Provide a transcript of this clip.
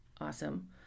awesome